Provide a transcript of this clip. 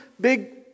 big